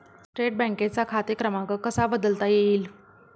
State बँकेचा खाते क्रमांक कसा बदलता येईल?